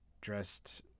dressed